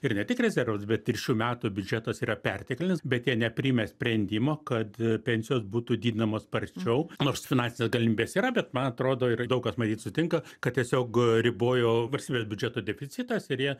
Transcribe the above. ir ne tik rezervas bet ir šių metų biudžetas yra perteklinis bet jie nepriėmė sprendimo kad pensijos būtų didinamos sparčiau nors finansinės galimybės yra bet man atrodo ir daug kas matyt sutinka kad tiesiog ribojo valstybės biudžeto deficitas ir jie